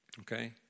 Okay